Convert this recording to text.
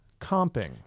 comping